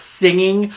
singing